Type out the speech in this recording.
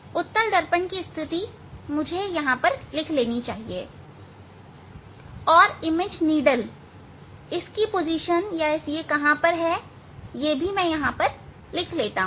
उत्तल दर्पण की स्थिति या जगह मुझे लिख लेना चाहिए और प्रतिबिंब सुई की स्थिति भी मैं लिख लेता हूं